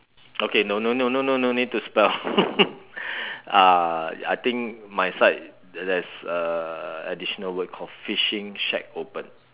okay no no no no no no need to spell uh I think my side there's a additional word called fishing shack open